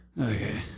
Okay